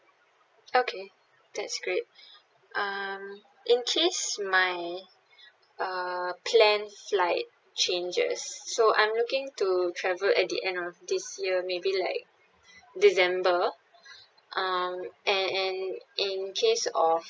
okay that's great um in case my uh plans like changes so I'm looking to travel at the end of this year maybe like december um and and in case of